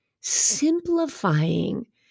simplifying